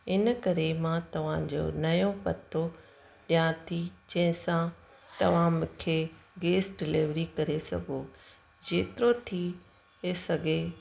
इन करे मां तव्हांजो नयों पतो ॾिया थी जंहिंसां तव्हां मूंखे गैस डिलीवरी करे सघो जेतिरो थी थिए सघे